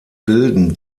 bilden